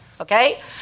Okay